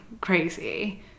crazy